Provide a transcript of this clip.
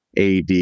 AD